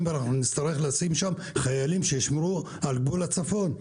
ואנחנו נצטרך לשים שם חיילים שישמרו על גבול הצפון.